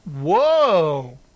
whoa